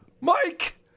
Mike